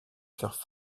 faire